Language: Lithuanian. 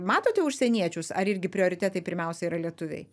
matote užsieniečius ar irgi prioritetai pirmiausia yra lietuviai